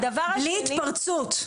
בלי התפרצויות,